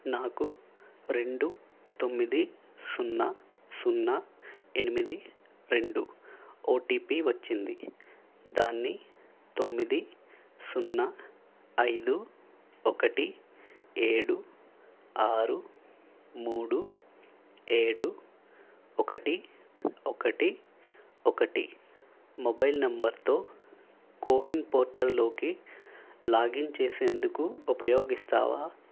నాకు రెండు తొమ్మిది సున్నా సున్నా ఎనిమిది రెండు ఓటీపి వచ్చింది దాన్ని తొమ్మిది సున్నా ఐదు ఒకటి ఏడు ఆరు మూడు ఏడు ఒకటి ఒకటి ఒకటి మొబైల్ నెంబర్తో కోవిన్ పోర్టల్లోకి లాగిన్ చేసేందుకు ఉపయోగిస్తావా